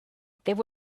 there